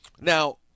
Now